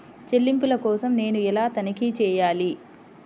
చెల్లింపుల కోసం నేను ఎలా తనిఖీ చేయాలి?